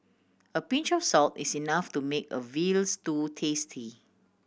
a pinch of salt is enough to make a veal stew tasty